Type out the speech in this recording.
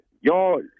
y'all